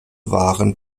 waren